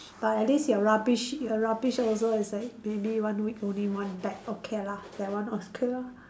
but at least your rubbish your rubbish also is like maybe one week only one bag okay lah that one okay lor